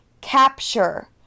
capture